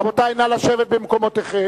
רבותי, נא לשבת במקומותיכם.